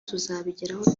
tuzabigeraho